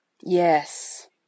Yes